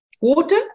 water